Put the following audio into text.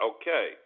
Okay